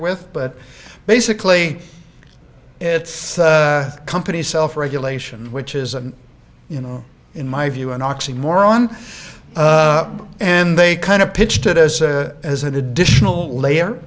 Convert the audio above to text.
with but basically it's company self regulation which is a you know in my view an oxymoron and they kind of pitched it as a as an additional layer